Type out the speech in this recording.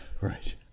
right